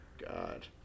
God